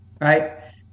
right